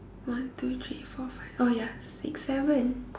one two three four five oh ya six seven